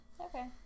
Okay